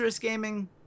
gaming